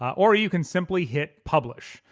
or you can simply hit publish.